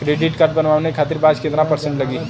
Credit card बनवाने खातिर ब्याज कितना परसेंट लगी?